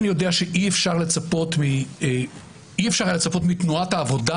אני יודע שאי אפשר היה לצפות מתנועת העבודה,